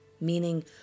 meaning